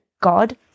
god